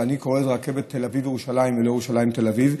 אני קורא לזה רכבת תל אביב ירושלים ולא ירושלים תל אביב,